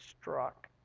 struck